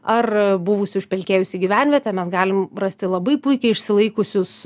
ar buvusi užpelkėjusi gyvenvietė mes galim rasti labai puikiai išsilaikusius